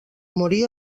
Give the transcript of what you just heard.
morí